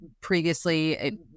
previously